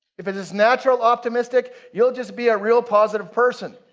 if it's it's natural optimistic, you'll just be a real positive person.